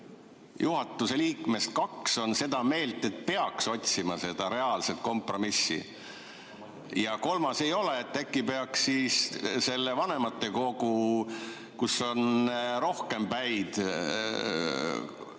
juhatuse liikmest kaks on seda meelt, et peaks otsima reaalset kompromissi, aga kolmas ei ole, siis äkki peaks selle vanematekogu, kus on rohkem päid,